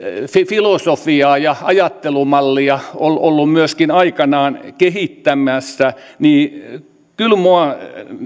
filosofiaa ja ajattelumallia ollut ollut myöskin aikanaan kehittämässä niin kyllä minua